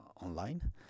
online